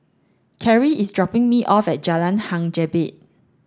Cary is dropping me off at Jalan Hang Jebat